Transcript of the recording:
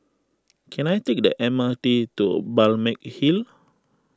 can I take the M R T to Balmeg Hill